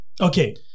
Okay